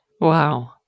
Wow